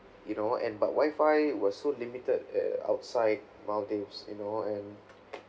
you know and but Wi-Fi was so limited at outside maldives you know and